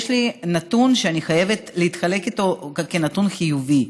יש לי נתון שאני חייבת לחלוק אותו כנתון חיובי.